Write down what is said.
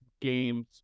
games